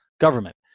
government